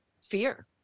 fear